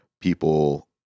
people